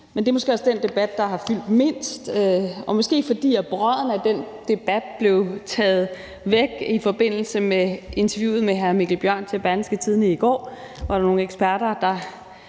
men det er måske også den debat, der har fyldt mindst, og det er måske, fordi brodden blev taget af den debat i forbindelse med interviewet med hr. Mikkel Bjørn til Berlingske i går og nogle eksperter, der